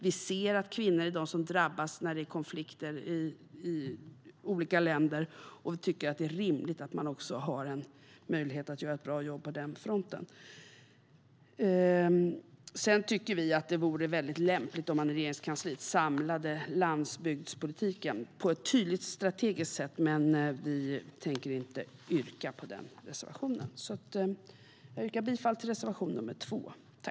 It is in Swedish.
Vi ser att kvinnor är de som drabbas när det är konflikter i olika länder, och vi tycker att det är rimligt att man har möjlighet att göra ett bra jobb på den fronten. Jag yrkar bifall till reservation nr 2.